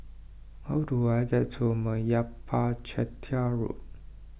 how do I get to Meyappa Chettiar Road